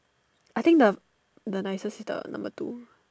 I think the the nicest is the number two